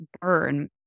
burn